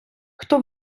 хто